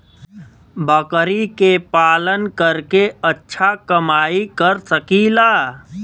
बकरी के पालन करके अच्छा कमाई कर सकीं ला?